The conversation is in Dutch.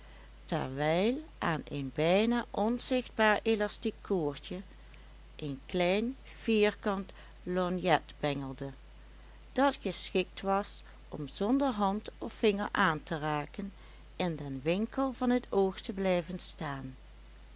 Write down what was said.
terwijl aan een bijna onzichtbaar elastiek koordje een klein vierkant lorgnet bengelde dat geschikt was om zonder hand of vinger aan te raken in den winkel van het oog te blijven staan